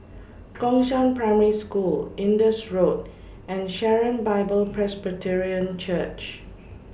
Gongshang Primary School Indus Road and Sharon Bible Presbyterian Church